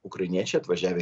ukrainiečiai atvažiavę